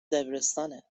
دبیرستانه